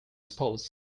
sports